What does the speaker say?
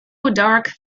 dark